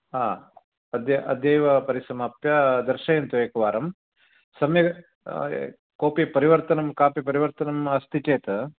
आ अद्य अद्यैव परिसमाप्य दर्शयन्तु एकवारं सम्यक् कोऽपि परिवर्तनं कापि परिवर्तनम् अस्ति चेद्